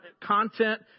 content